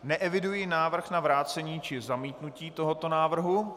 Neeviduji návrh na vrácení či zamítnutí tohoto návrhu.